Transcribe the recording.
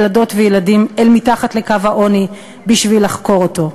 ילדות וילדים מתחת לקו העוני בשביל לחקור אותו.